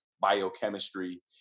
biochemistry